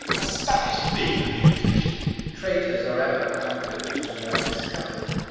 a spanish fig for the imputation traitors are ever confident till they are discover'd.